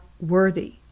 worthy